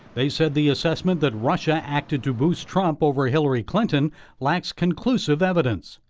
they said the assessment that russia acted to boost trump over hillary clinton lacks conclusive evidence.